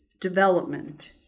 development